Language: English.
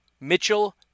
Mitchell